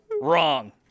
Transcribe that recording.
Wrong